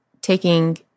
taking